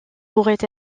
pourrait